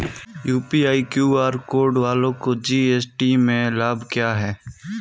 UPI QR code वालों को GST में लाभ क्या है?